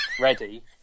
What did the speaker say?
ready